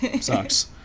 sucks